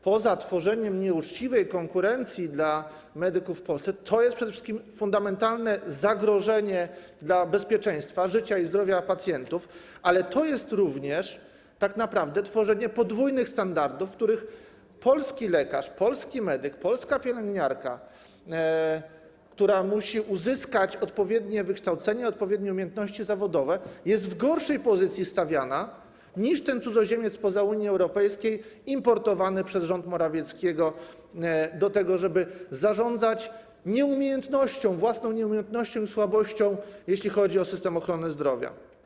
Poza tworzeniem nieuczciwej konkurencji dla medyków w Polsce to jest przede wszystkim fundamentalne zagrożenie dla bezpieczeństwa, życia i zdrowia pacjentów, ale to jest również tak naprawdę tworzenie podwójnych standardów - polski lekarz, polski medyk, polska pielęgniarka, którzy muszą uzyskać odpowiednie wykształcenie, odpowiednie umiejętności zawodowe, są w gorszej pozycji stawiani niż ten cudzoziemiec spoza Unii Europejskiej importowany przez rząd Morawieckiego do tego, żeby zarządzać nieumiejętnością, własną nieumiejętnością i słabością, jeśli chodzi o system ochrony zdrowia.